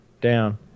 down